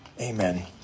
amen